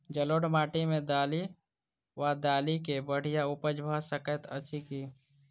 जलोढ़ माटि मे दालि वा दालि केँ बढ़िया उपज भऽ सकैत अछि की?